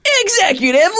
executive